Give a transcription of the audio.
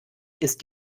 ist